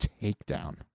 takedown